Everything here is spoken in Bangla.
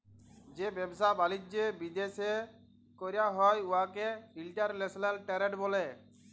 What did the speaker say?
যে ব্যবসা বালিজ্য বিদ্যাশে ক্যরা হ্যয় উয়াকে ইলটারল্যাশলাল টেরেড ব্যলে